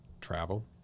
travel